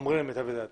אומרים למיטב ידיעתי.